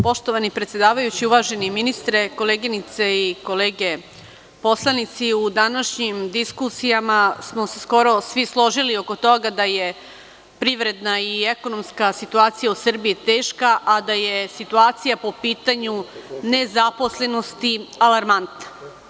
Poštovani predsedavajući, uvaženi ministre, koleginice i kolege poslanici, u današnjim diskusijama smo se skoro svi složili oko toga da je privredna i ekonomska situacija u Srbiji teška, a da je situacija po pitanju nezaposlenosti alarmantna.